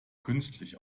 künstlich